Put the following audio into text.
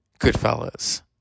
Goodfellas